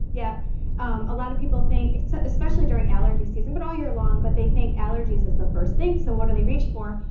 yep. um a lot of people think, especially during allergy season but all year long but they think allergies is the first thing so what do they reach for,